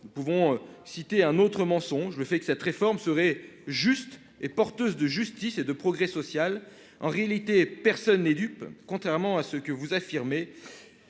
Nous pouvons en citer un autre : le fait que cette réforme serait équitable, porteuse de justice et de progrès social. En réalité, personne n'est dupe : contrairement à ce que vous affirmez